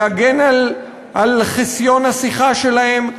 להגן על חסיון השיחה שלהם,